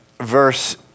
verse